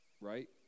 right